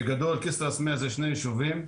בגדול, כסרא סמיע אלו שני ישובים,